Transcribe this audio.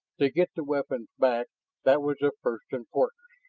to get the weapons back that was of first importance.